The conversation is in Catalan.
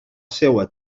seua